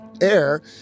air